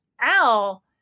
Al